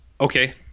okay